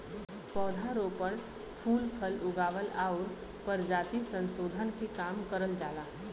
पौध रोपण, फूल फल उगावल आउर परजाति संसोधन के काम करल जाला